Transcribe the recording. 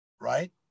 right